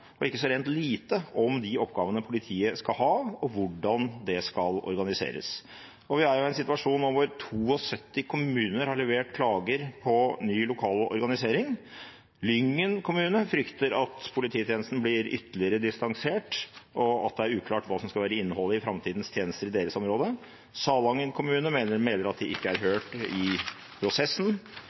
og ikke så rent lite – om de oppgavene politiet skal ha, og hvordan det skal organiseres. Vi er i en situasjon nå hvor 72 kommuner har levert klager på ny lokal organisering. Lyngen kommune frykter at polititjenesten blir ytterligere distansert, og at det er uklart hva som skal være innholdet i framtidens tjenester i deres område. Salangen kommune mener at de ikke er hørt i prosessen.